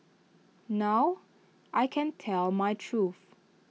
now I can tell my truth